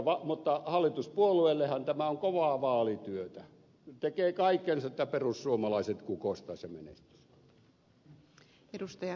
mutta hallituspuolueillehan tämä on kovaa vaalityötä tekee kaikkensa että perussuomalaiset kukoistaisivat ja menestyisivät